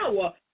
power